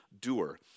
doer